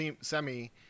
semi